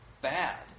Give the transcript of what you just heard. bad